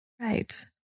right